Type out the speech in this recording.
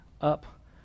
up